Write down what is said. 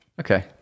okay